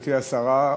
גברתי השרה.